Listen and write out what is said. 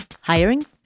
Hiring